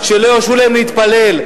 שלא הרשו להם להתפלל.